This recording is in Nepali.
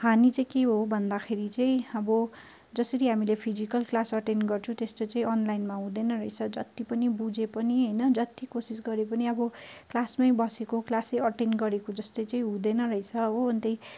हानि चाहिँ के हो भन्दाखेरि चाहिँ अब जसरी हामीले फिजिकल क्लास अटेन्ड गर्छौँ त्यस्तो चाहिँ अनलाइनमा हुँदैन रहेछ जत्ति पनि बुझे पनि होइन जत्ति कोसिस गरे पनि अब क्लासमै बसेको क्लासै अटेन्ड गरेको जस्तो चाहिँ हुँदैन रहेछ हो अन्त